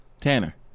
Tanner